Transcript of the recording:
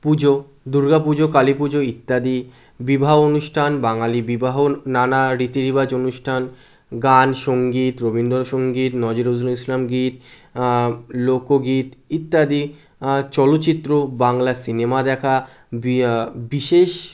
পুজো দুর্গা পুজো কালী পুজো ইত্যাদি বিবাহ অনুষ্ঠান বাঙালি বিবাহ নানা রীতি রিবাজ অনুষ্ঠান গান সঙ্গীত রবীন্দ্রসঙ্গীত নজরুল ইসলাম গীত লোকগীতি ইত্যাদি চলচ্চিত্র বাংলা সিনেমা দেখা বিশেষ